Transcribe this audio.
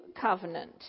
Covenant